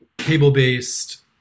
Cable-based